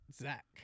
Zach